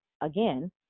again